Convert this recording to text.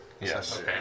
Yes